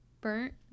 burnt